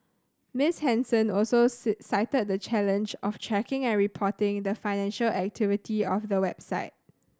Miss Henson also cited the challenge of tracking and reporting the financial activity of the website